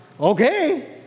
okay